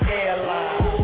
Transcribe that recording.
airline